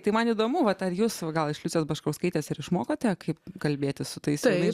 tai man įdomu bet ar jūs gal iš liucijos baškauskaitės ir išmokote kaip kalbėtis su tais pačiais